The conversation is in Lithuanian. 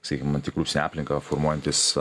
sakykim antikorupcinę aplinką formuojantys